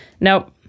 nope